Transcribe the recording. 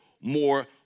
more